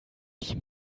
die